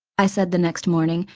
i said the next morning,